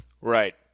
Right